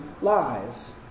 lies